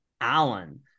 Allen